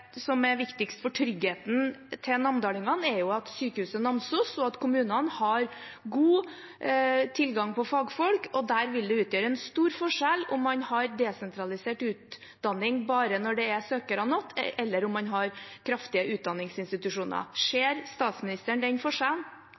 som kanskje er viktigst for tryggheten til namdalingene, er at Sykehuset Namsos og kommunene har god tilgang på fagfolk. Der vil det utgjøre en stor forskjell om man har desentralisert utdanning bare når det er søkere nok, eller om man har kraftige utdanningsinstitusjoner. Ser statsministeren den